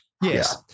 Yes